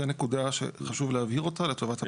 זה נקודה שחשוב להבהיר אותה לטובת הפרוטוקול.